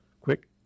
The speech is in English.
quick